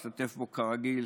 השתתף בו, כרגיל,